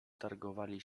targowali